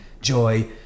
joy